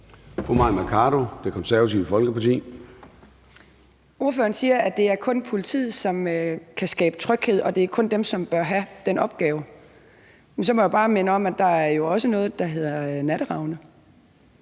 Fru Mai Mercado, Det Konservative Folkeparti. Kl. 13:13 Mai Mercado (KF): Ordføreren siger, at det kun er politiet, som kan skabe tryghed, og at det kun er dem, som bør have den opgave. Men så må jeg bare minde om, at der jo også er noget, der hedder Natteravnene,